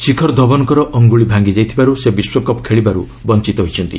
ଶିଖର ଧଓନଙ୍କର ଅଙ୍ଗୁଳୀ ଭାଙ୍ଗି ଯାଇଥିବାରୁ ସେ ବିଶ୍ୱକପ୍ ଖେଳିବାରୁ ବଞ୍ଚିତ ହୋଇଛନ୍ତି